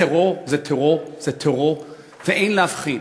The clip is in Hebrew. טרור זה טרור זה טרור, ואין להבחין.